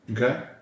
okay